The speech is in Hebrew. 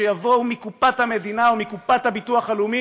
שיבואו מקופת המדינה ומקופת הביטוח הלאומי